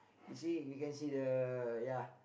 you see you can see the ya